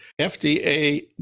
FDA